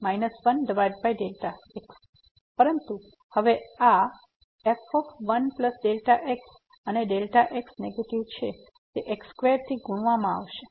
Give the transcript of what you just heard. તેથી આ રદ થઈ જાય છે અને પછી આ વેલ્યુ અહીં કંઇ નથી પરંતુ આ ફંક્શનની જમણી બાજુ ડેરીવેટીવ 3 છે જ્યાં ડાબી બાજુના ડેરીવેટીવ તરીકે છે